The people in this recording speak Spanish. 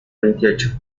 veintiocho